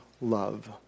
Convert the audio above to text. love